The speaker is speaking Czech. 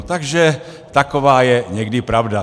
Takže taková je někdy pravda.